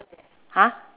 !huh!